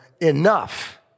enough